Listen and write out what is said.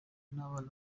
n’abana